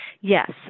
Yes